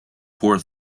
four